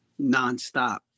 nonstop